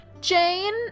jane